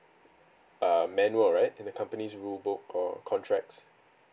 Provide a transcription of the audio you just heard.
uh manual right in the company's rule book or contracts